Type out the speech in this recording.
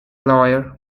lawyer